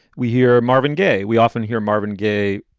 we hear marvin gaye. we often hear marvin gaye,